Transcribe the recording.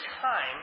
time